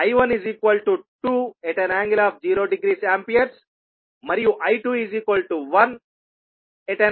I12∠0°A మరియు I21∠ 90°A